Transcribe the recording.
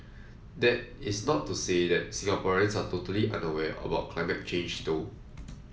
that is not to say that Singaporeans are totally unaware about climate change though